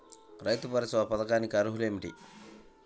రైతు భరోసా పథకానికి అర్హతలు ఏమిటీ?